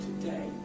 today